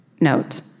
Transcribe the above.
note